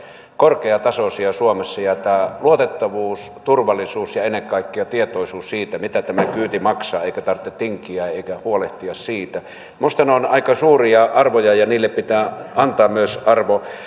korkeatasoisia suomessa ja minusta tämä luotettavuus turvallisuus ja ennen kaikkea tietoisuus siitä mitä tämä kyyti maksaa eikä tarvitse tinkiä eikä huolehtia siitä ovat aika suuria arvoja ja niille pitää antaa myös arvo